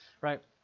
right